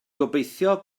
gobeithio